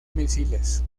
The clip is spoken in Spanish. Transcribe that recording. misiles